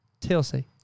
TLC